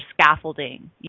scaffolding